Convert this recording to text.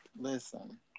Listen